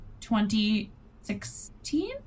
2016